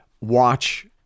watch